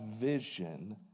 vision